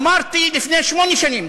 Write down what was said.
אמרתי לפני שמונה שנים,